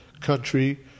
country